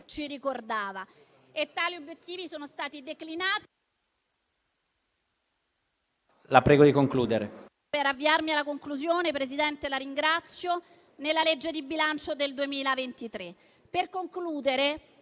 ci ricordava. Tali obiettivi sono stati declinati